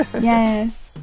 Yes